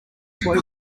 toy